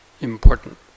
important